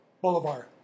Boulevard